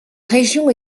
région